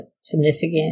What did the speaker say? significant